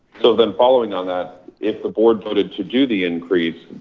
so then following on that, if the board voted to do the increase,